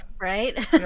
right